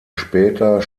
später